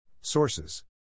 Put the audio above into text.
Sources